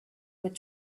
with